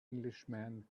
englishman